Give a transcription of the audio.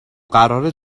قرارت